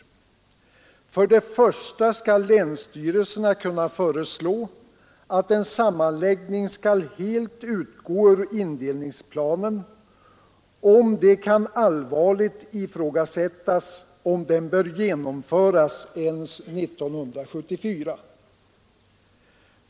För det första skall länsstyrelserna kunna föreslå, att en sammanläggning skall helt utgå ur indelningsplanen, om det kan allvarligt ifrågasättas om den bör genomföras ens 1974.